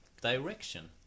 direction